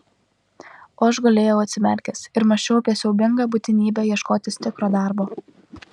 o aš gulėjau atsimerkęs ir mąsčiau apie siaubingą būtinybę ieškotis tikro darbo